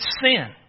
sin